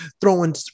throwing